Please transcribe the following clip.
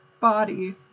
body